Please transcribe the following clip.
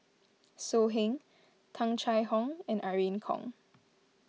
So Heng Tung Chye Hong and Irene Khong